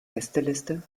gästeliste